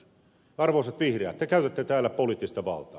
arvoisat vihreät te käytätte täällä poliittista valtaa